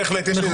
בהחלט יש הבדל.